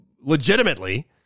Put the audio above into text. legitimately